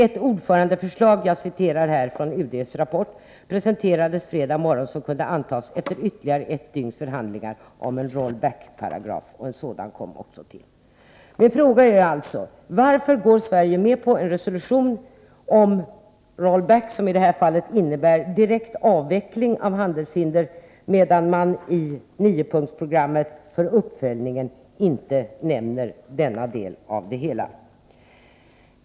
Jag återger vad som sägs i UD:s rapport: Ett ordförandeförslag presenterades fredag morgon, som kunde antas efter ytterligare ett dygns förhandlingar om en roll-back-paragraf. En sådan kom också till. 91 Min fråga är alltså: Varför går Sverige med på en resolution om roll-back, som i detta fall innebär direkt avveckling av handelshinder, medan man i niopunktsprogrammet för uppföljning inte nämner denna del av det hela?